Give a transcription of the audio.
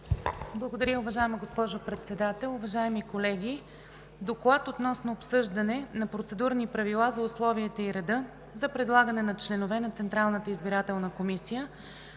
Благодаря, уважаема госпожо Председател. Уважаеми колеги! „ДОКЛАД относно обсъждане на Процедурни правила за условията и реда за предлагане на членове на Централната избирателна комисия,